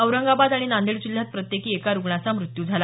औरंगाबाद आणि नांदेड जिल्ह्यात प्रत्येकी एका रुग्णाचा मृत्यू झाला